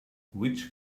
which